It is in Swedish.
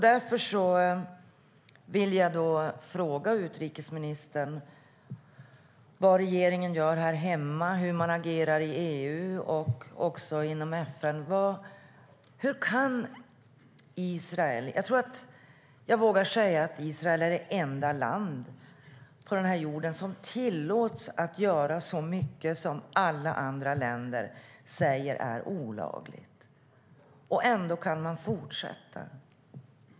Därför vill jag fråga utrikesministern vad regeringen gör här hemma och hur man agerar i EU och inom FN. Jag tror att jag vågar säga att Israel är det enda landet på jorden som tillåts göra så mycket som alla andra länder säger är olagligt. Ändå kan man fortsätta.